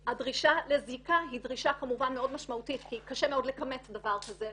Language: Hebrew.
הדרישה לזיקה היא דרישה כמובן מאוד משמעותית כי קשה מאוד לכמת דבר כזה,